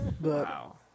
Wow